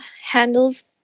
handles